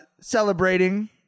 celebrating